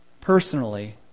personally